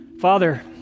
Father